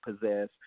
possess